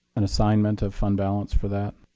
an assignment of fund balance for that.